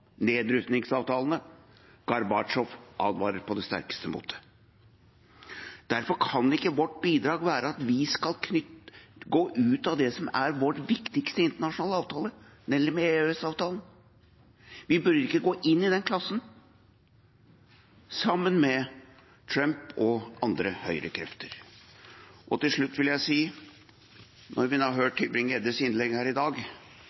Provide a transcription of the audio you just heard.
advarer på det sterkeste mot det. Derfor kan ikke vårt bidrag være at vi skal gå ut av det som er vår viktigste internasjonale avtale, nemlig EØS-avtalen. Vi burde ikke gå inn i den klassen sammen med Trump og andre høyrekrefter. Til slutt vil jeg si, når vi nå har hørt Tybring-Gjeddes innlegg her i dag,